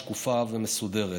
שקופה ומסודרת.